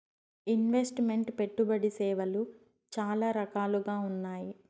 invest meant పెట్టుబడి సేవలు చాలా రకాలుగా ఉన్నాయి